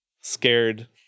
scared